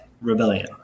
rebellion